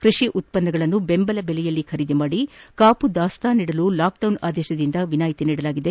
ಕೃಷಿ ಉತ್ತನ್ನಗಳನ್ನು ದೆಂಬಲ ದೆಲೆಯಲ್ಲಿ ಖರೀದಿ ಮಾಡಿ ಕಾಪು ದಾಸ್ತಾನು ಮಾಡಲು ಲಾಕ್ಡೌನ್ ಆದೇತದಿಂದ ವಿನಾಯಿತಿ ನೀಡಲಾಗಿದೆ